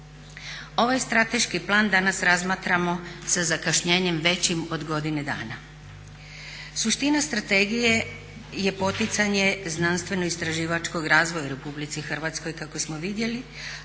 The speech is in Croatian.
Ovaj strateški plan danas razmatramo sa zakašnjenjem većim od godine dana. Suština strategije je poticanje znanstveno-istraživačkog razvoja u RH kako smo vidjeli,